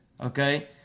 Okay